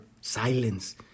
silence